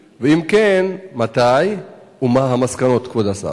4. אם כן, מתי, ומה היו המסקנות, כבוד השר?